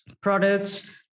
products